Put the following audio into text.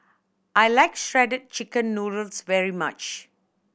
I like Shredded Chicken Noodles very much